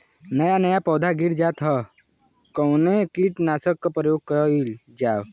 नया नया पौधा गिर जात हव कवने कीट नाशक क प्रयोग कइल जाव?